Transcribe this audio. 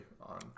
on